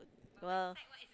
oh well